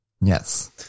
Yes